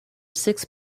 six